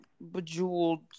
bejeweled